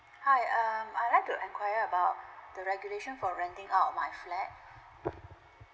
hi um I'd like enquire about the regulation for renting out of my flat